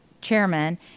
chairman